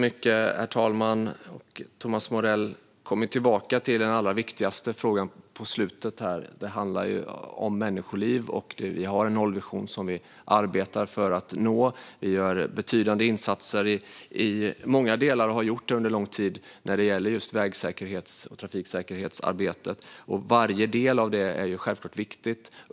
Herr talman! Thomas Morell kommer tillbaka till den allra viktigaste frågan på slutet: Det handlar om människoliv. Vi har en nollvision som vi arbetar för att nå. Vi gör betydande insatser i många delar och har så gjort under lång tid när det gäller just väg och trafiksäkerhetsarbetet, och varje del är självklart viktig.